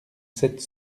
sept